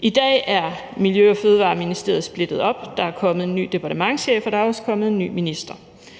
I dag er Miljø- og Fødevareministeriet splittet op. Der er kommet en ny departementschef, og der er også kommet en ny minister.